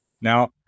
Now